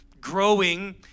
growing